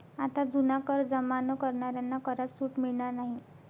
आता जुना कर जमा न करणाऱ्यांना करात सूट मिळणार नाही